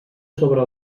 sobre